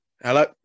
Hello